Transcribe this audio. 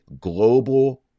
global